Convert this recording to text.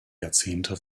jahrzehnte